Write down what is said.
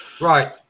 Right